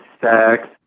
sex